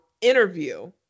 interview